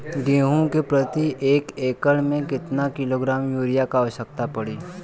गेहूँ के प्रति एक एकड़ में कितना किलोग्राम युरिया क आवश्यकता पड़ी?